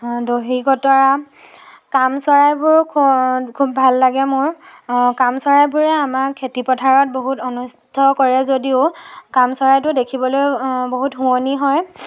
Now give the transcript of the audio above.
দহিকতৰা কামচৰাইবোৰ খুব ভাল লাগে মোৰ কামচৰাইবোৰে আমাৰ খেতি পথাৰত বহুত অনিষ্ট কৰে যদিও কাম চৰাইটো দেখিবলৈ বহুত শুৱনি হয়